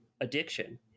addiction